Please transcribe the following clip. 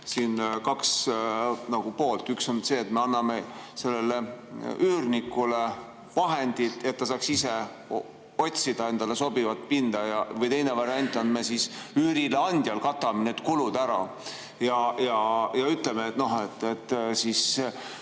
siin kaks poolt, üks on see, et me anname sellele üürnikule vahendid, et ta saaks ise otsida endale sobivat pinda, teine variant on, et katame üürileandjal need kulud ära ja ütleme, et, üürnik,